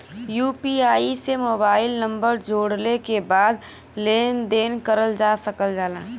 UPI से mobile number जोड़ले के बाद लेन देन करल जा सकल जाला